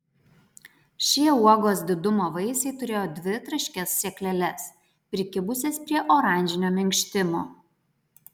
šie uogos didumo vaisiai turėjo dvi traškias sėkleles prikibusias prie oranžinio minkštimo